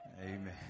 Amen